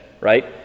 right